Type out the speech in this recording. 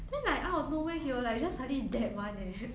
then like out of nowhere he will like just suddenly dab [one] eh